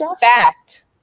fact